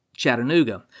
Chattanooga